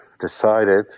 decided